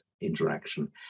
interaction